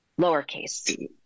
lowercase